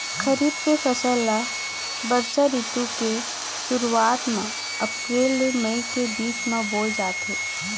खरीफ के फसल ला बरसा रितु के सुरुवात मा अप्रेल ले मई के बीच मा बोए जाथे